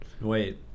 Wait